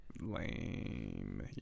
Lame